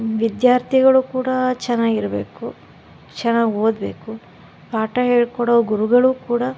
ವಿದ್ಯಾರ್ಥಿಗಳು ಕೂಡ ಚೆನ್ನಾಗಿರ್ಬೇಕು ಚೆನ್ನಾಗ್ ಓದಬೇಕು ಪಾಠ ಹೇಳ್ಕೊಡೋ ಗುರುಗಳು ಕೂಡ